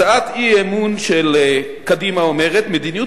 הצעת האי-אמון של קדימה אומרת: מדיניות